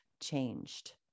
changed